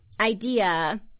Idea